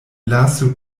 lasu